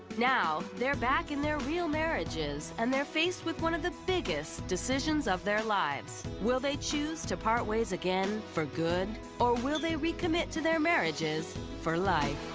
now they're back in their real marriages, and they're faced with one of the biggest decisions of their lives. will they choose to part ways again for good, or will they recommit to their marriages for life?